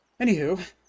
Anywho